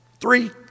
three